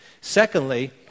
Secondly